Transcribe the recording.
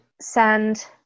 send